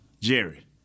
Jerry